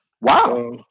Wow